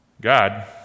God